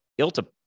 ILTA